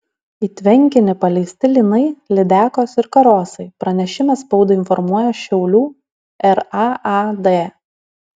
į tvenkinį paleisti lynai lydekos ir karosai pranešime spaudai informuoja šiaulių raad